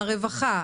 הרווחה,